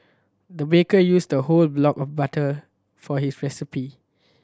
the baker used the whole block of butter for his recipe